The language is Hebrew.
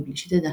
מבלי שתדע.